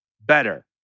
better